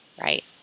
right